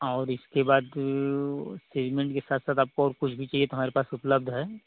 और इसके बाद सीमेंट के साथ साथ आपको और कुछ भी चाहिए तो हमारे पास उपलब्ध है